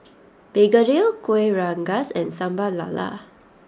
Begedil Kueh Rengas and Sambal Lala